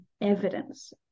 evidence